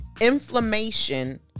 Inflammation